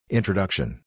Introduction